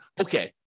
okay